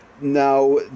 Now